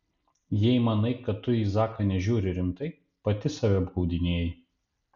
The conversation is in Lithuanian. jei manai kad tu į zaką nežiūri rimtai pati save apgaudinėji